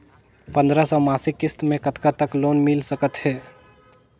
पंद्रह सौ मासिक किस्त मे कतका तक लोन मिल सकत हे?